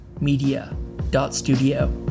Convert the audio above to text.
media.studio